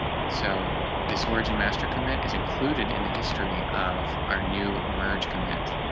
so this origin master commit is included in the history of our new merge commit.